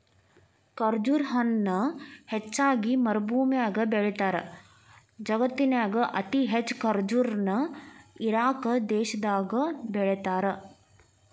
ಖರ್ಜುರ ಹಣ್ಣನ ಹೆಚ್ಚಾಗಿ ಮರಭೂಮ್ಯಾಗ ಬೆಳೇತಾರ, ಜಗತ್ತಿನ್ಯಾಗ ಅತಿ ಹೆಚ್ಚ್ ಖರ್ಜುರ ನ ಇರಾಕ್ ದೇಶದಾಗ ಬೆಳೇತಾರ